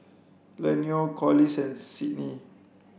Eleanore Corliss and Sydnie